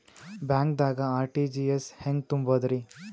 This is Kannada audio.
ಬ್ಯಾಂಕ್ದಾಗ ಆರ್.ಟಿ.ಜಿ.ಎಸ್ ಹೆಂಗ್ ತುಂಬಧ್ರಿ?